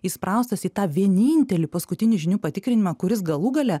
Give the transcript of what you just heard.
įspraustas į tą vienintelį paskutinį žinių patikrinimą kuris galų gale